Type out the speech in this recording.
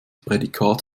prädikat